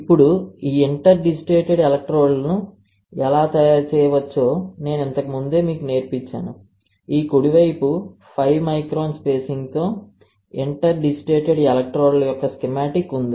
ఇప్పుడు ఈ ఇంటర్డిజిటేటెడ్ ఎలక్ట్రోడ్లను ఎలా తయారు చేయవచ్చో నేను ఇంతకు ముందే మీకు నేర్పించాను ఈ కుడి వైపు 5 మైక్రాన్ స్పేసింగ్ తో ఇంటర్డిజిటేటెడ్ ఎలక్ట్రోడ్ల యొక్క స్కీమాటిక్ ఉంది